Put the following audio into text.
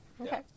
Okay